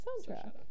soundtrack